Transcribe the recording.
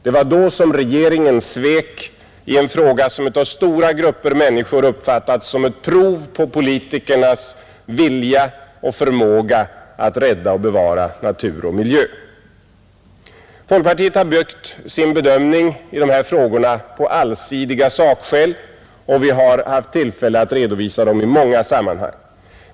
Det var då regeringen svek i en fråga som av stora grupper människor uppfattats som ett prov på politikernas vilja och förmåga att rädda och bevara natur och miljö. Folkpartiet har byggt sin bedömning i dessa frågor på allsidiga sakskäl, och vi har haft tillfälle att redovisa dem i många sammanhang.